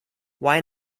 why